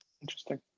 Interesting